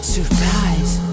Surprise